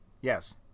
Yes